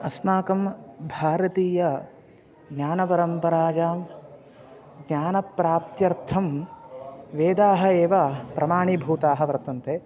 अस्माकं भारतीयज्ञानपरम्परायां ज्ञानप्राप्त्यर्थं वेदाः एव प्रमाणीभूताः वर्तन्ते